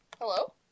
hello